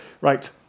right